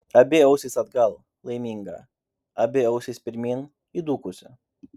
abi ausys atgal laiminga abi ausys pirmyn įdūkusi